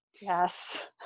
Yes